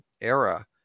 era